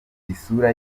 isura